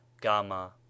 gamma